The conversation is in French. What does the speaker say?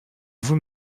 vous